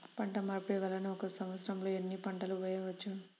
పంటమార్పిడి వలన ఒక్క సంవత్సరంలో ఎన్ని పంటలు వేయవచ్చు?